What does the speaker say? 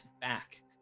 back